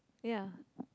ya